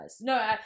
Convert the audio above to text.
No